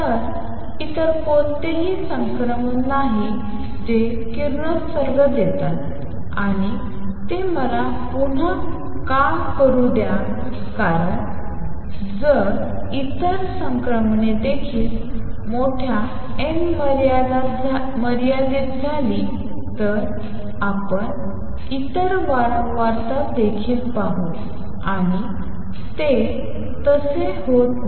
तर इतर कोणतेही संक्रमण नाही जे किरणोत्सर्ग देते आणि ते मला पुन्हा का करू द्या कारण जर इतर संक्रमणे देखील मोठ्या n मर्यादेत झाली तर आपण इतर वारंवारता देखील पाहू आणि तसे होत नाही